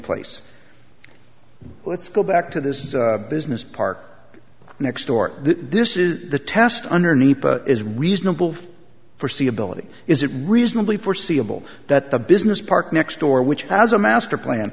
place let's go back to this business park next door this is the test underneath is reasonable for see ability is it reasonably foreseeable that the business park next door which has a master plan